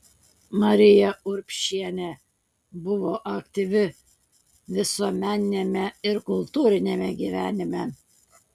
marija urbšienė buvo aktyvi visuomeniniame ir kultūriniame gyvenime